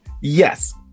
yes